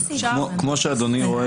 כמו שאדוני רואה,